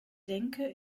denke